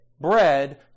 bread